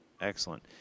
excellent